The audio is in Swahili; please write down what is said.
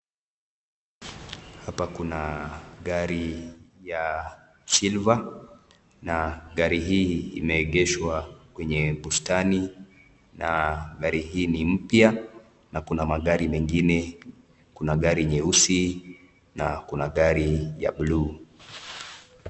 Hapa kuna gari ya (cs)silver(cs), na gari hii imeengeshwa kwenye bustani na gari hii ni mpya, na kuna magari mengine kuna gari nyeusi na kuna gari (cs)blue(cs).